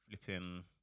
flipping